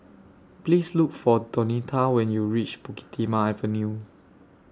Please Look For Donita when YOU REACH Bukit Timah Avenue